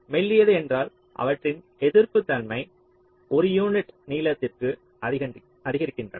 மெல்லியது என்றால் அவற்றின் எதிர்ப்பு தன்மை ஒரு யூனிட் நீளத்திற்கு அதிகரிக்கின்றன